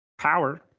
power